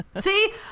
See